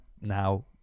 now